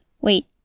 Wait